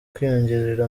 kwiyongerera